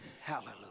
Hallelujah